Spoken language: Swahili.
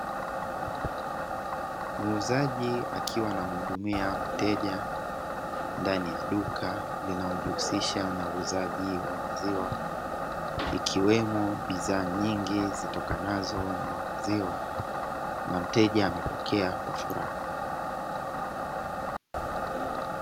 Muuzaji akiwa anamhudumia mteja ndani ya duka linaujihusisha na uuzaji wa maziwa. Ikiwemo bidhaa nyingi zitokanazo na maziwa na mteja amepokea kwa furaha.